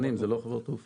זה לא קשור לחברות תעופה.